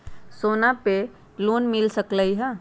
सोना से लोन मिल सकलई ह?